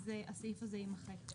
אז הסעיף הזה יימחק.